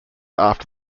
after